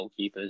goalkeepers